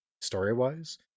story-wise